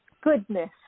goodness